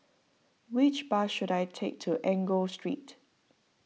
which bus should I take to Enggor Street